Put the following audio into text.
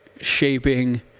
shaping